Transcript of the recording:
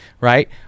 right